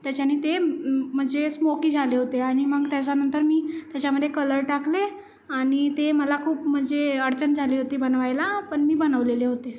त्याच्यानी ते म्हणजे स्मोकी झाले होते आणि मग त्याच्यानंतर मी त्याच्यामध्ये कलर टाकले आणि ते मला खूप म्हणजे अडचण झाली होती बनवायला पण मी बनवलेले होते